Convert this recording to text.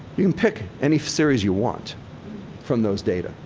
you can pick any series you want from those data.